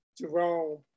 Jerome